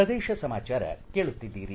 ಪ್ರದೇಶ ಸಮಾಚಾರ ಕೇಳುತ್ತಿದ್ದೀರಿ